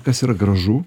kas yra gražu